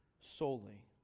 solely